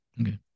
okay